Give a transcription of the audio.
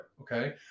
Okay